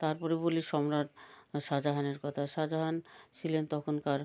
তার পরে বলি সম্রাট শাজাহানের কথা শাজাহান ছিলেন তখনকার